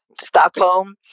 Stockholm